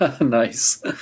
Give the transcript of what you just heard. nice